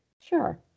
Sure